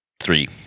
three